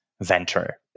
venture